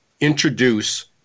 introduce